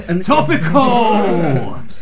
Topical